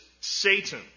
Satan